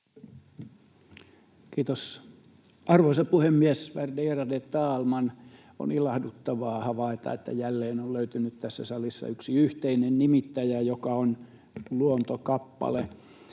Kiitos, arvoisa puhemies, värderade talman! On ilahduttavaa havaita, että jälleen on löytynyt tässä salissa yksi yhteinen nimittäjä, joka on luontokappale.